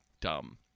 dumb